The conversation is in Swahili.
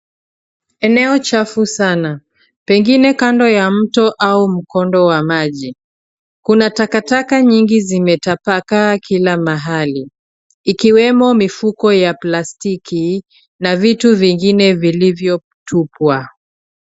Eneo chafu sana, pengine kando ya mto au mkondo wa maji. Kuna takataka nyingi zimetapakaa kila mahali, ikiwemo mifuko ya plastiki, na vitu vingine vilivyotupwa.